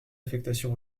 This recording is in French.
affectation